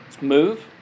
move